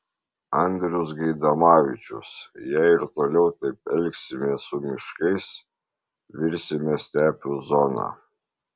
andrius gaidamavičius jei ir toliau taip elgsimės su miškais virsime stepių zona